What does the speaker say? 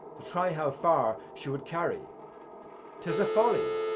to try how far she would carry tis a folly,